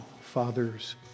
fathers